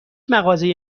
مغازه